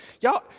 Y'all